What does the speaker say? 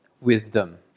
wisdom